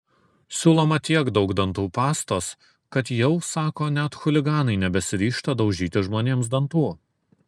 siūloma tiek daug dantų pastos kad jau sako net chuliganai nebesiryžta daužyti žmonėms dantų